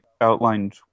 outlined